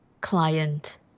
client